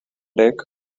deck